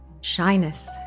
shyness